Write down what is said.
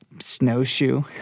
snowshoe